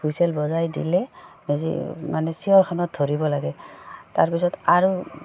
whistle বজাই দিলে মেজি মানে চেয়াৰখনত ধৰিব লাগে তাৰপিছত আৰু